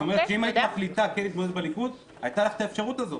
זאת אומרת שאם היית מחליטה כן להתמודד בליכוד הייתה לך את האפשרות הזאת,